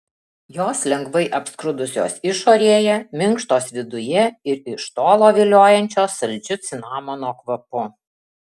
jos lengvai apskrudusios išorėje minkštos viduje ir iš tolo viliojančios saldžiu cinamono kvapu